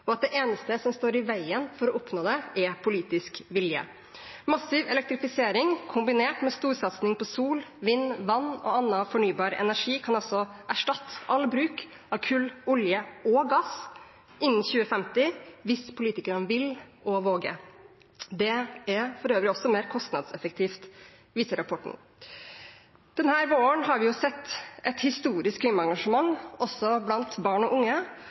og at det eneste som står i veien for å oppnå det, er politisk vilje. Massiv elektrifisering kombinert med storsatsing på sol, vind, vann og annen fornybar energi kan altså erstatte all bruk av kull, olje og gass innen 2050 hvis politikerne vil og våger. Det er for øvrig også mer kostnadseffektivt, viser rapporten. Denne våren har vi sett et historisk klimaengasjement også blant barn og unge